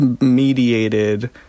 mediated